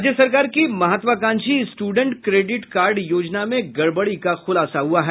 राज्य सरकार की महत्वाकांक्षी स्टूडेंट क्रेडिट कार्ड योजना में गड़बड़ी का खुलासा हुआ है